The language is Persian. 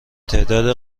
تعداد